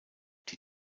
die